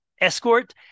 escort